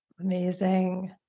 Amazing